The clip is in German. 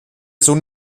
sohn